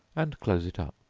and close it up.